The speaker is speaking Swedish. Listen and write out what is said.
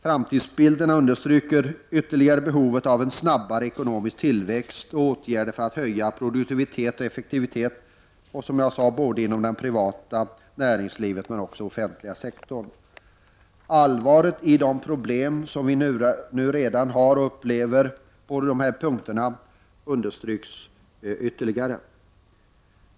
Framtidsbilden understryker ytterligare behovet av en snabbare ekonomisk tillväxt och åtgärder för att höja produktiviteten och effektiviteten, som jag sagt, både inom det privata näringslivet och inom den offentliga sek torn. Allvaret i de problem som vi redan nu upplever på dessa punkter understryks alltså ytterligare.